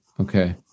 okay